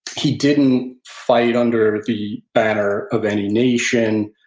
he didn't fight under the banner of any nation,